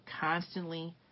constantly